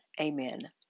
Amen